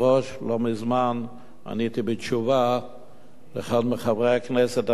לא מזמן עניתי לאחד מחברי הכנסת הנכבדים